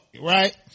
right